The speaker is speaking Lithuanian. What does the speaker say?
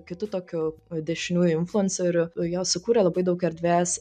kitu tokiu dešiniųjų influenceriu jo sukūrė labai daug erdvės